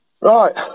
Right